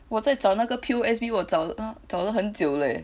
我在找那个 P_O_S_B 我找了找了很久 leh